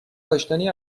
داشتنی